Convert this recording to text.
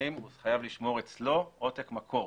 הוא חייב לשמור אצלו עותק מקור.